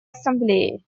ассамблеи